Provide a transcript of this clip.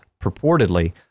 purportedly